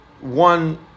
one